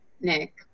Nick